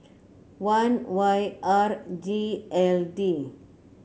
one Y R G L D